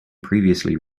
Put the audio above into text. previously